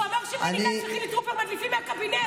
הוא אמר שבני גנץ וחילי טרופר מדליפים מהקבינט.